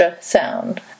sound